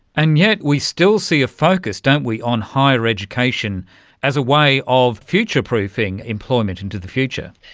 and yet we still see a focus, don't we, on higher education as a way of future proofing employment into the future.